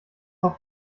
auf